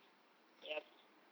ya